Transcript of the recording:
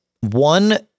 one